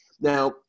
Now